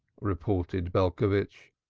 retorted belcovitch.